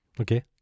Okay